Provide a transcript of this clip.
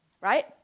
Right